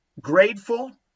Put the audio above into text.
grateful